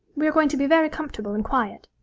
we are going to be very comfortable and quiet